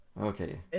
Okay